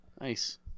Nice